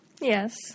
Yes